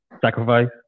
Sacrifice